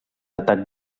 atac